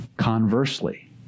Conversely